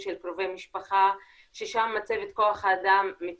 של קרובי משפחה ששם מצבת כוח האדם היא מצומצמת.